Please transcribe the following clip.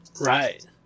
Right